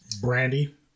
Brandy